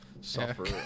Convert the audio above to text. suffer